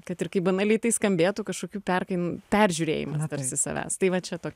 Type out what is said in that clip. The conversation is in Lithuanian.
kad ir kaip banaliai tai skambėtų kažkokių peržiūrėjimą tarsi savęs tai va čia